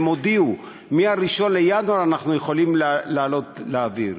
הם הודיעו: ב-1 בינואר אנחנו יכולים לעלות לאוויר.